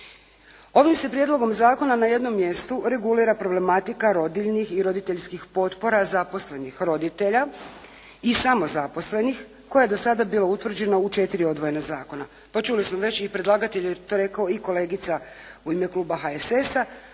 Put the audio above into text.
Ovim se prijedlogom zakona na jednom mjestu regulira problematika rodiljnih i roditeljskih potpora zaposlenih roditelja i samozaposlenih koja je do sada bila utvrđena u četiri odvojena zakona. Pa čuli smo, znači i predlagatelj je to rekao i kolegica u ime kluba HSS-a.